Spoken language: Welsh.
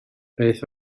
beth